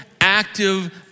active